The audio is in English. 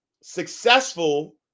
successful